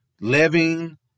living